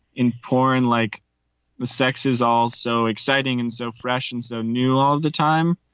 in porn, like the sex is all so exciting and so freshens are new all the time.